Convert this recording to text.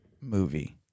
movie